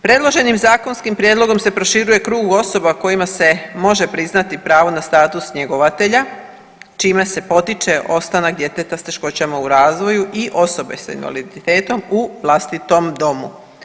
Predloženim zakonskim prijedlogom se proširuje krug osoba kojima se može priznati pravo na status njegovatelja čime se potiče ostanak djeteta s teškoćama u razvoju i osoba s invaliditetom u vlastitom domu.